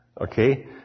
Okay